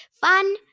Fun